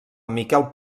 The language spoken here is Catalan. miquel